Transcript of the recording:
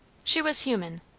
she was human,